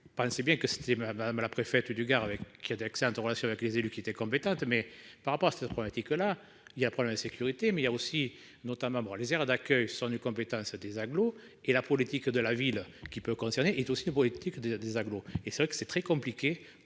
pensais bien que c'était ma Madame. La préfète du Gard avec qui d'accès internationaux avec les élus qui était compétente mais par rapport à cette problématique là il y a un problème de sécurité mais il y a aussi notamment pour les aires d'accueil sont nus compétence à des agglo et la politique de la ville qui peut concerner est aussi une politique des agglo et c'est vrai que c'est très compliqué